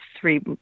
three